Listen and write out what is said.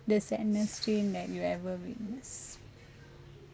the sadness scene that you ever witnessed